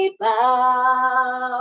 bow